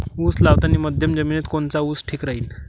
उस लावतानी मध्यम जमिनीत कोनचा ऊस ठीक राहीन?